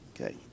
Okay